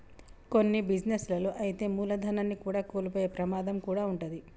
కొన్ని బిజినెస్ లలో అయితే మూలధనాన్ని కూడా కోల్పోయే ప్రమాదం కూడా వుంటది